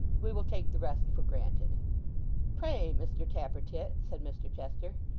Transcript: we will take the rest for granted pray, mr tappertit said mr chester,